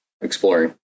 exploring